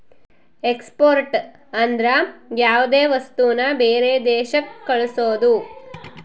export ಅಂದ್ರ ಯಾವ್ದೇ ವಸ್ತುನ ಬೇರೆ ದೇಶಕ್ ಕಳ್ಸೋದು